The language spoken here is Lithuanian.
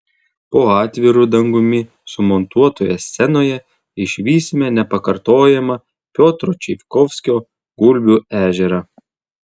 po atviru dangumi sumontuotoje scenoje išvysime nepakartojamą piotro čaikovskio gulbių ežerą